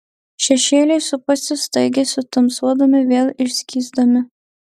šešėliai supasi staigiai sutamsuodami vėl išskysdami